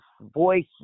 voice